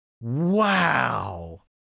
Wow